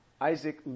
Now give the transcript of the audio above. Isaac